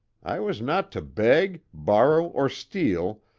i was not to beg, borrow, or steal,